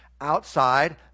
outside